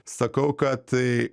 sakau kad